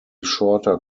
shorter